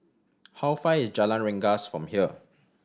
how far is Jalan Rengas from here